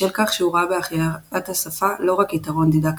בשל כך שהוא ראה בהחייאת השפה לא רק יתרון דידקטי,